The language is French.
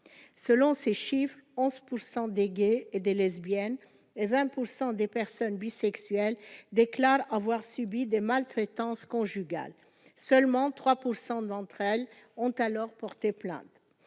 selon ces chiffres, et 11 % des gays et des lesbiennes et 20 % des personnes bisexuelles déclare avoir subi des maltraitances conjugales, seulement 3 % d'entre elles ont alors porté plainte,